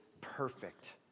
perfect